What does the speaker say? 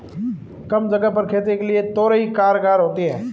कम जगह पर खेती के लिए तोरई कारगर होती है